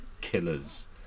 killers